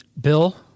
Bill